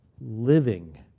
living